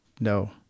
no